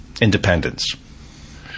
independence